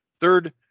Third